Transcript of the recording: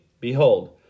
Behold